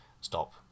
stop